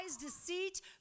deceit